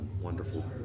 wonderful